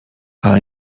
ale